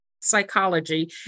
Psychology